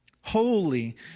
holy